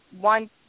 one